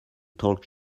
talk